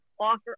offer